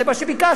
זה מה שביקשת,